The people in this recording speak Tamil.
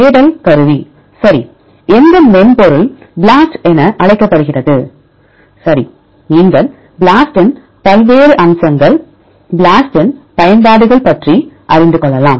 தேடல் கருவி சரிஎந்த மென்பொருள் BLAST என அழைக்கப்படுகிறது சரி நீங்கள் BLAST இன் பல்வேறு அம்சங்கள் BLAST இன் பயன்பாடுகள் பற்றி அறிந்து கொள்ளலாம்